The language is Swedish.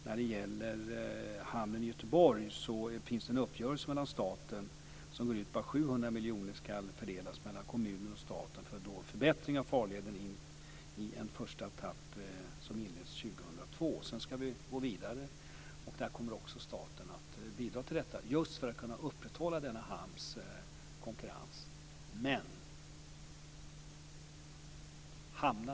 När det gäller hamnen i Göteborg kan jag säga att det finns en uppgörelse med staten som går ut på att 700 miljoner ska fördelas mellan kommunen och staten för förbättring av farleden i en första etapp som inleds 2002. Sedan ska vi gå vidare, och staten kommer att bidra också till detta just för att kunna upprätthålla denna hamns konkurrenskraft.